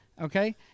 Okay